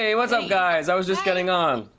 what's up guys? i was just getting on.